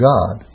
God